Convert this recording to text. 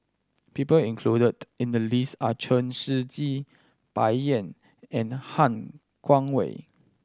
people included in the list are Chen Shiji Bai Yan and Han Guangwei